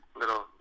little